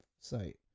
site